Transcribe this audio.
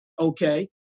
Okay